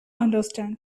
understand